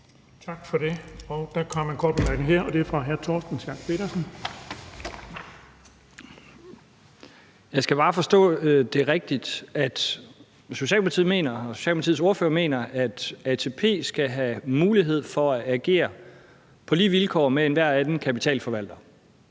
Jeg skal bare forstå det rigtigt: Socialdemokratiets ordfører mener, at ATP skal have mulighed for at agere på lige vilkår med enhver anden kapitalforvalter.